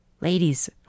Ladies